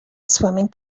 swimming